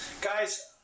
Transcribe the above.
guys